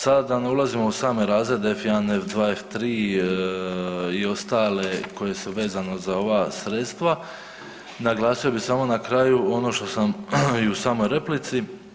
Sad da ne ulazim u same razrede F1, F2, F3 i ostale koji su vezano za ova sredstva, naglasio bi samo na kraju ono što sam i u samoj replici.